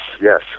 yes